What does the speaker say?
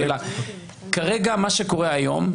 כרגע מה שקורה היום,